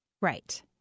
Right